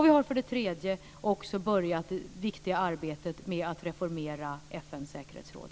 Vi har också börjat det viktiga arbetet med att reformera FN:s säkerhetsråd.